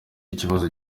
ikibazo